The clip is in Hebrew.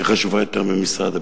היא חשובה יותר ממשרד הביטחון.